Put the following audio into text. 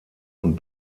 und